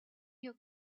your